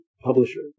publisher